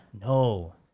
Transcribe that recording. No